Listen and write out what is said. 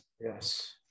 Yes